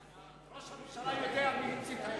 ראש הממשלה יודע מי המציא את האפס.